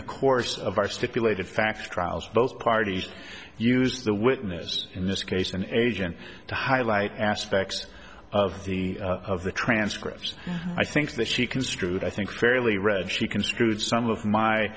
the course of our stipulated facts trials both parties used the witness in this case an agent to highlight aspects of the of the transcripts i think that she construed i think fairly read she construed some of my